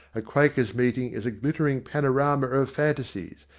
a quakers' meeting is a glittering panorama of fantaisies,